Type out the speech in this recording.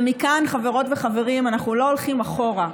ומכאן, חברות וחברים, אנחנו לא הולכים אחורה.